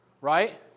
right